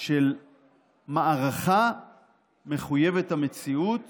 של מערכה מחויבת המציאות